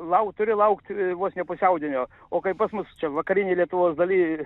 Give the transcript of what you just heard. lauk turi laukt vos ne pusiaudienio o kai pas mus čia vakarinėj lietuvos dalyj